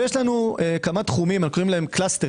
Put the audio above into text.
יש לנו כמה תחומים קלסטרים